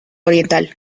oriental